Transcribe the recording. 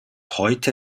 heute